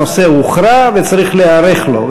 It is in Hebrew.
הנושא הוכרע וצריך להיערך לו.